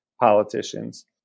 politicians